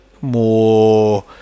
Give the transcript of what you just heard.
more